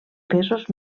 pesos